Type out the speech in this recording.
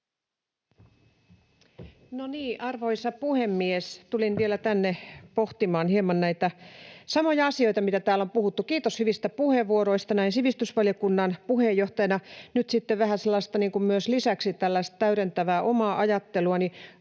Arvoisa puhemies! Tulin vielä tänne pohtimaan hieman näitä samoja asioita, joista täällä on puhuttu. Kiitos hyvistä puheenvuoroista. Näin sivistysvaliokunnan puheenjohtajana nyt sitten vähän myös lisäksi tällaista täydentävää omaa ajatteluani.